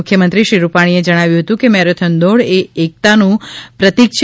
મુખ્યમંત્રી શ્રી રૂપાણીએ જણાવ્યું હતું કે મેરથોન દોડ એ એકતાનું પ્રતીક છે